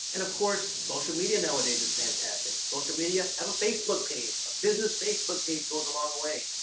and of course, social media nowadays is fantastic. social media, have a facebook page. a business facebook page goes a long way.